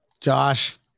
Josh